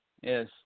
yes